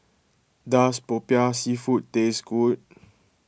does Popiah Seafood taste good